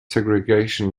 segregation